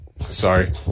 Sorry